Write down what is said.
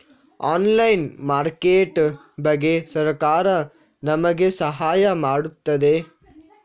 Online market ಬಗ್ಗೆ ಸರಕಾರ ನಮಗೆ ಸಹಾಯ ಮಾಡುತ್ತದೆ?